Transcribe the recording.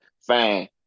Fine